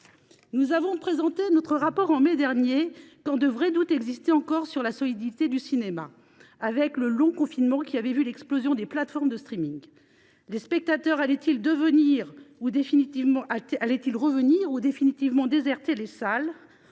Nous avons présenté notre rapport en mai dernier, quand de vrais doutes existaient encore sur la solidité du cinéma, à la suite du long confinement, qui a vu l’explosion des plateformes de. Les spectateurs allaient ils revenir dans les salles